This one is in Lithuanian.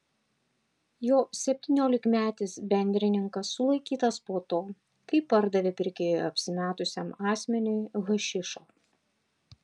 jo septyniolikmetis bendrininkas sulaikytas po to kai pardavė pirkėju apsimetusiam asmeniui hašišo